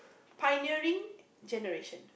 pioneering generation